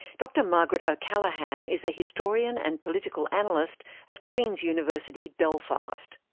dr margaret o'callaghan is a historian and political analyst at queens university, belfast.